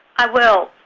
i will.